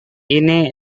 ini